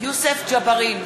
יוסף ג'בארין,